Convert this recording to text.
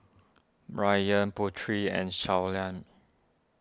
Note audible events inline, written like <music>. Ryan Putri and <unintelligible>